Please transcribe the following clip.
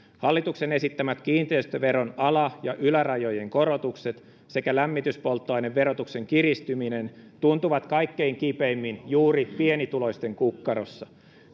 hallituksen esittämät kiinteistöveron ala ja ylärajojen korotukset sekä lämmityspolttoaineverotuksen kiristyminen tuntuvat kaikkein kipeimmin juuri pienituloisten kukkarossa